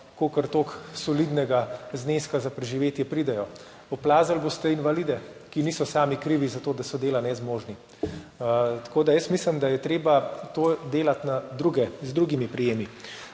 kolikor toliko solidnega zneska za preživetje pridejo. Oplazili boste invalide, ki niso sami krivi za to, da so dela nezmožni. Tako da mislim, da je treba to delati na z drugimi prijemi.